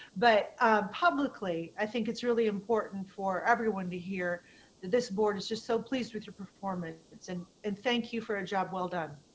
but publicly, i think it's really important for everyone to hear that this board is just so pleased with your performance. and and thank you for a job well done.